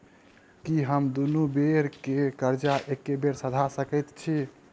की हम दुनू बेर केँ कर्जा एके बेर सधा सकैत छी?